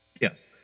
Yes